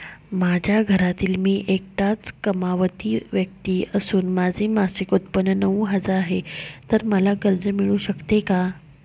माझ्या घरातील मी एकटाच कमावती व्यक्ती असून माझे मासिक उत्त्पन्न नऊ हजार आहे, तर मला कर्ज मिळू शकते का?